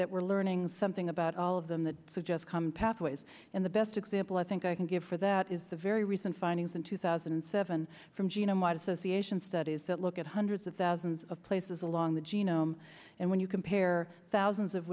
that we're learning something about all of them that suggest pathways and the best example i think i can give for that is the very recent findings in two thousand and seven from genome wide association studies that look at hundreds of thousands of places along the genome and when you compare thousands of